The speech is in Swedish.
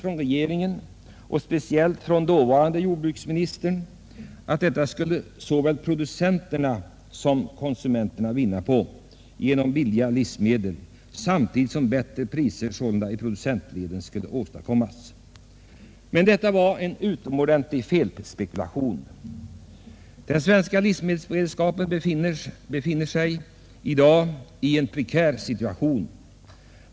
Regeringen och speciellt den dåvarande jordbruksministern menade den gången att såväl konsumenterna som producenterna skulle vinna på detta. Konsumenterna skulle få billigare livsmedel och producenterna skulle få ut bättre priser. Men detta var en felspekulation. Den svenska livsmedelsberedskapen befinner sig i dag i en prekär situation.